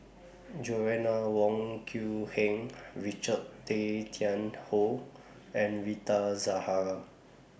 Joanna Wong Quee Heng Richard Tay Tian Hoe and Rita Zahara